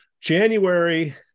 January